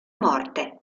morte